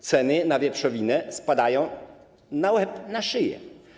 Ceny wieprzowiny spadają na łeb na szyję.